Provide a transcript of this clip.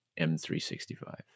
M365